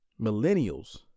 Millennials